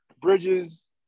Bridges